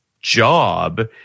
job